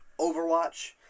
Overwatch